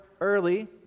early